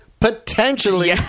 potentially